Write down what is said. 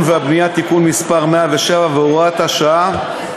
והבנייה (תיקון מס' 107 והוראת שעה),